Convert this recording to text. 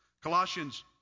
Colossians